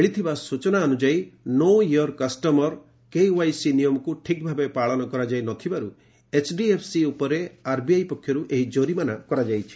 ମିଳିଥିବା ସୂଚନା ଅନୁଯାୟୀ ନୋ ଇଅର କଷ୍ଟମର କେୱାଇସି ନିୟମକୁ ଠିକ୍ ଭାବେ ପାଳନ କରାଯାଇ ନ ଥିବାରୁ ଏଚ୍ଡିଏଫ୍ସି ଉପରେ ଆର୍ବିଆଇ ପକ୍ଷରୁ ଏହି ଜୋରିମାନା କରାଯାଇଛି